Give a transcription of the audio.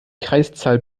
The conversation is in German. kreiszahl